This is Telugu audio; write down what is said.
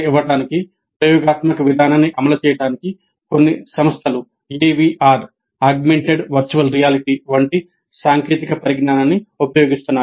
ఇప్పుడు వంటి సాంకేతిక పరిజ్ఞానాన్ని ఉపయోగిస్తున్నాయి